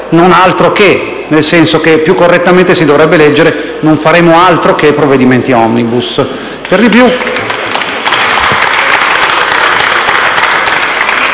«non altro che», nel senso che più correttamente si dovrebbe leggere «non faremo altro che provvedimenti *omnibus*».